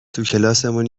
توکلاسمون